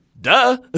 Duh